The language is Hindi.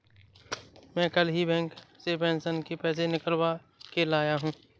मैं कल ही बैंक से पेंशन के पैसे निकलवा के लाया हूँ